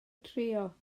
trio